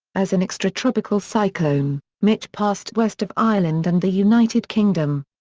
as an extratropical cyclone, mitch passed west of ireland and the united kingdom.